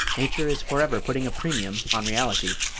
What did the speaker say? nature is forever putting a premium on reality.